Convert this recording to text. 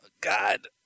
God